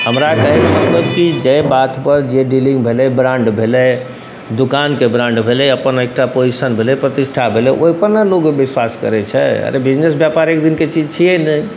हमरा कहैके मतलब कि जाहि बातपर जे डीलिङ्ग भेलै ब्राण्ड भेलै दोकानके ब्राण्ड भेलै अपन एकटा पोजिशन भेलै प्रतिष्ठा भेलै ओहिपर ने लोक विश्वास करै छै अरे बिजनेस व्यापार एक दू दिनके चीज छिए नहि